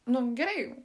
nu gerai